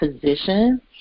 position